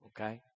okay